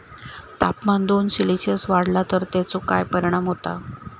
तापमान दोन सेल्सिअस वाढला तर तेचो काय परिणाम होता?